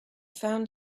found